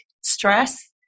stress